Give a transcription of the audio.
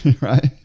Right